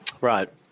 Right